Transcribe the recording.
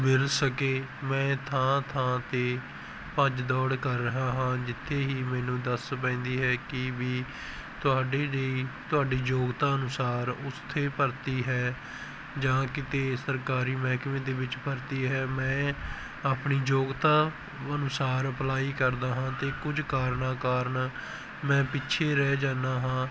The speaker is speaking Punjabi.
ਮਿਲ ਸਕੇ ਮੈਂ ਥਾਂ ਥਾਂ 'ਤੇ ਭੱਜ ਦੌੜ ਕਰ ਰਿਹਾ ਹਾਂ ਜਿੱਥੇ ਹੀ ਮੈਨੂੰ ਦੱਸ ਪੈਂਦੀ ਹੈ ਕਿ ਵੀ ਤੁਹਾਡੀ ਦੀ ਤੁਹਾਡੀ ਯੋਗਤਾ ਅਨੁਸਾਰ ਉੱਥੇ ਭਰਤੀ ਹੈ ਜਾਂ ਕਿਤੇ ਸਰਕਾਰੀ ਮਹਿਕਮੇ ਦੇ ਵਿੱਚ ਭਰਤੀ ਹੈ ਮੈਂ ਆਪਣੀ ਯੋਗਤਾ ਅਨੁਸਾਰ ਅਪਲਾਈ ਕਰਦਾ ਹਾਂ ਅਤੇ ਕੁਝ ਕਾਰਨਾਂ ਕਾਰਨ ਮੈਂ ਪਿੱਛੇ ਰਹਿ ਜਾਂਦਾ ਹਾਂ